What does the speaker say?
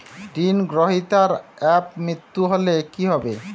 ঋণ গ্রহীতার অপ মৃত্যু হলে কি হবে?